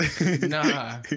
Nah